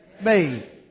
made